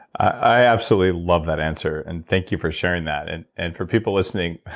i absolutely love that answer and thank you for sharing that. and and for people listening,